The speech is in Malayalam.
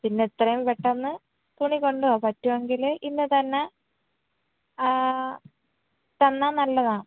പിന്നെ എത്രയും പെട്ടന്ന് തുണി കൊണ്ടു വാ പറ്റുമെങ്കിൽ ഇന്ന് തന്നെ തന്നാൽ നല്ലതാണ്